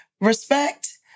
respect